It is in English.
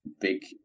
big